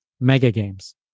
mega-games